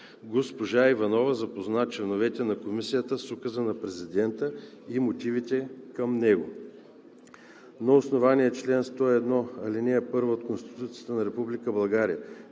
Госпожа Иванова запозна членовете на Комисията с указа на президента и мотивите към него. На основание чл. 101, ал. 1 от Конституцията на Република